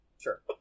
Sure